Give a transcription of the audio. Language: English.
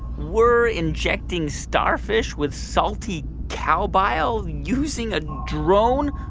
we're injecting starfish with salty cow bile using a drone,